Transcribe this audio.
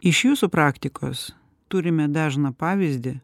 iš jūsų praktikos turime dažną pavyzdį